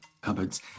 cupboards